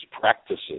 practices